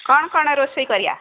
କ'ଣ କ'ଣ ରୋଷେଇ କରିବା